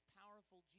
powerful